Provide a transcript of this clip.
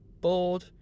bored